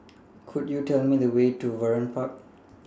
Could YOU Tell Me The Way to Vernon Park